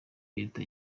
leta